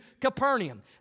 Capernaum